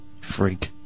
Freak